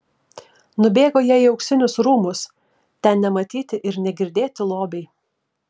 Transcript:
nubėgo jie į auksinius rūmus ten nematyti ir negirdėti lobiai